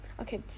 Okay